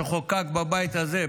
שחוקק בבית הזה,